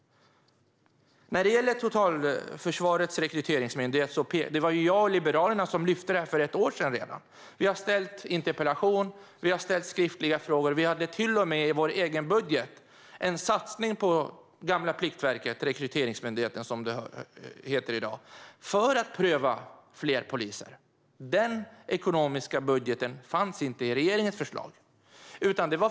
När det gäller Totalförsvarets rekryteringsmyndighet lyfte jag och Liberalerna detta redan för ett år sedan. Vi har ställt interpellationer och skriftliga frågor. Vi hade till och med i vår egen budget en satsning på gamla Pliktverket, eller Rekryteringsmyndigheten som den heter i dag, för att kunna pröva fler poliser. Den ekonomiska satsningen fanns inte i regeringens förslag.